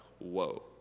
whoa